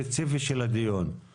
אני דיברתי עם הבחור שדיבר כרגע.